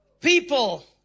people